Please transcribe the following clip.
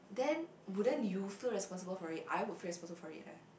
then wouldn't you feel responsible for it I would feel responsible for it eh